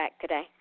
today